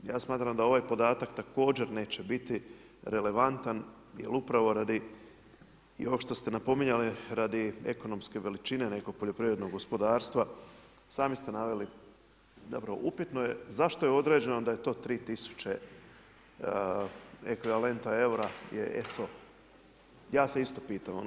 Ja smatram da ovaj podatak, također neće biti relevantan jer upravo radi i ovog što ste napominjali, radi ekonomske veličine neko poljoprivrednog gospodarstva, sami ste naveli, zapravo upitno je zašto je određeno da je to 3000 ekvivalenta, eura, SO ja se isto pitam.